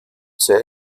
sei